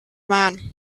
man